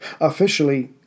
officially